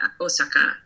Osaka